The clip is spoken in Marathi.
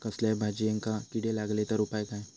कसल्याय भाजायेंका किडे लागले तर उपाय काय?